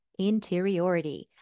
interiority